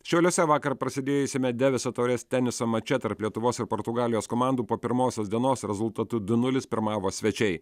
šiauliuose vakar prasidėjusiame deviso taurės teniso mače tarp lietuvos ir portugalijos komandų po pirmosios dienos rezultatu du nulis pirmavo svečiai